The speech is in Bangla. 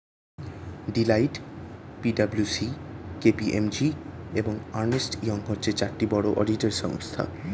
Deloitte, P W C, K P M G, এবং আর্নেস্ট ইয়ং হচ্ছে চারটি বড় অডিটর সংস্থা